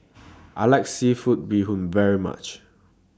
I like Seafood Bee Hoon very much